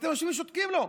אתם יושבים ושותקים לו.